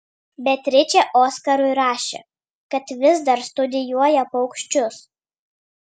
beatričė oskarui rašė kad vis dar studijuoja paukščius